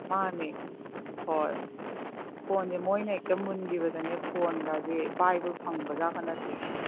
ꯃꯥꯅꯦ ꯍꯣꯏ ꯐꯣꯟꯁꯦ ꯃꯣꯏꯅ ꯍꯦꯛꯇ ꯃꯨꯟꯈꯤꯕꯗꯅꯦ ꯐꯣꯟꯒꯁꯦ ꯄꯥꯏꯕ ꯐꯪꯕꯖꯥꯠ ꯅꯠꯇꯦ